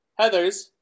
heathers